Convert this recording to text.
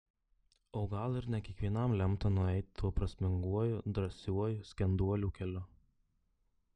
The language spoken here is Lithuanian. o gal ir ne kiekvienam lemta nueiti tuo prasminguoju drąsiuoju skenduolių keliu